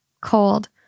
Cold